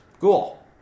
Cool